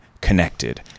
connected